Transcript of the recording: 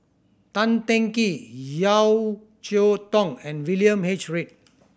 Tan Teng Kee Yeo Cheow Tong and William H Read